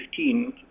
2015